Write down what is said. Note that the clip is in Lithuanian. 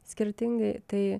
skirtingai tai